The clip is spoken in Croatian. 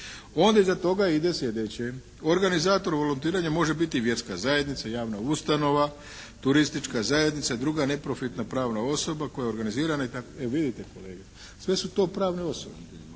Onda iza toga ide sljedeće. Organizator volontiranja može biti vjerska zajednica, javna ustanova, turistička zajednica i druga neprofitna pravna osoba koja je organizirana i tako, e vidite kolege sve su to pravne osobe